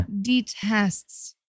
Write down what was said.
detests